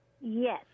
Yes